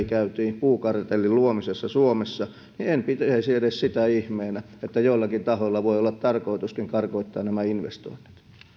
käytiin puukartellin luomisessa suomessa niin en pitäisi sitä edes ihmeenä että joillakin tahoilla voi olla tarkoituskin karkottaa nämä investoinnit